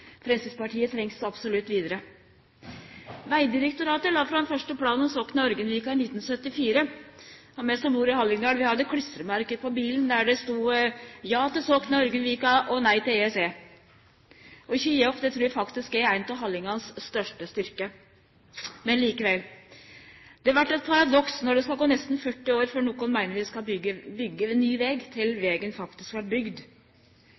Framstegspartiet trengst så absolutt vidare. Vegdirektoratet la fram den fyrste planen om Sokna–Ørgenvika i 1974. Vi som bur i Hallingdal, hadde klistremerke på bilen der det stod «Ja til Sokna–Ørgenvika» og «Nei til EEC». Å ikkje gje opp trur eg faktisk er ein av dei største styrkane hallingane har. Men likevel – det vert eit paradoks når det skal gå nesten 40 år frå nokon meiner vi skal byggje ein ny veg, til vegen faktisk vert bygd.